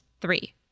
three